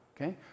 okay